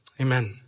Amen